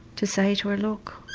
to say to her look,